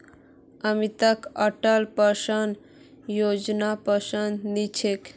अमितक अटल पेंशन योजनापसंद नी छेक